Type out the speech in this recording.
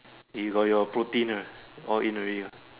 you got your protein ah all in already ya